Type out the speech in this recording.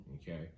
okay